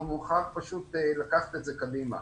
נוכל לקחת את זה קדימה.